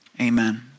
Amen